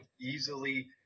easily